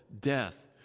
death